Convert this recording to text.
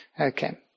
Okay